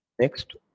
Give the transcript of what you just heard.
Next